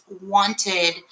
wanted